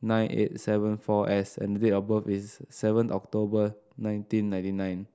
nine eight seven four S and date of birth is seven October nineteen ninety nine